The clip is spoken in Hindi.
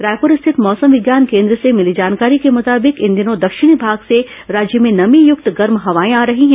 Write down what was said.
रायपुर स्थित मौसम विज्ञान केन्द्र से मिली जानकारी के मुताबिक इन दिनों दक्षिणी भाग से राज्य में नमी युक्त गर्म हवाए आ रही हैं